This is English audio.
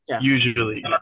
Usually